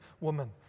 woman